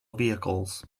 vehicles